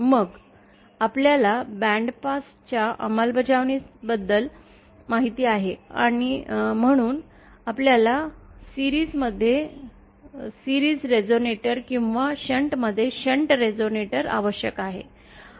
मग आपल्याला बॅन्डपास च्या अंमलबजावणी बद्दल माहित आहे म्हणून आपल्याला मालिका मध्ये मालिका रेझोनेटर किंवा शंटमध्ये शंट रेझोनेटर आवश्यक आहे